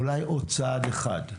אולי עוד צעד אחד.